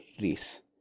race